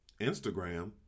Instagram